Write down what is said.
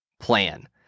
plan